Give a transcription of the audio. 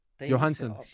Johansson